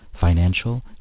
financial